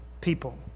people